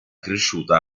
cresciuta